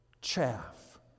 chaff